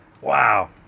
Wow